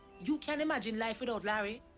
you can imagine life without larry?